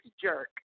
jerk